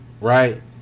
Right